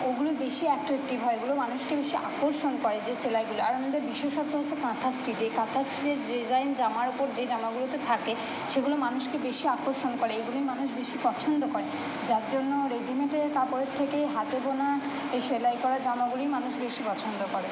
ওগুলো বেশি অ্যাট্রাক্টিভ হয় সেগুলো মানুষকে বেশি আকর্ষণ করে যে সেলাইগুলো আর আমাদের বিশেষত্ব হচ্ছে কাঁথা স্ট্রিচ এই কাঁথা স্ট্রিচের ডিসাইন জামার ওপর যে জামাগুলোতে থাকে সেগুলো মানুষকে বেশি আকর্ষণ করে এইগুলিই মানুষ বেশি পছন্দ করে যার জন্য রেডিমেডের কাপড়ের থেকে হাতে বোনা এই সেলাই করা জামাগুলি মানুষ বেশি পছন্দ করে